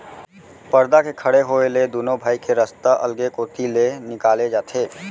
परदा खड़े होए ले दुनों भाई के रस्ता अलगे कोती ले निकाले जाथे